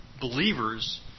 believers